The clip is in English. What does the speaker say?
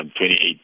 2018